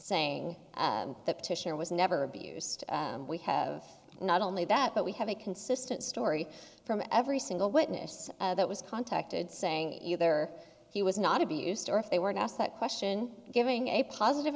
petitioner was never abused we have not only that but we have a consistent story from every single witness that was contacted saying either he was not abused or if they weren't asked that question giving a positive